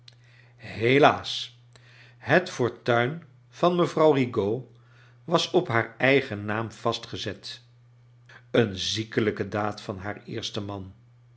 helaas het fortuin van mevrouw rigaud was op haar eigen naam vastgezet een ziekelijke daad van haar eersten man